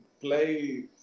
play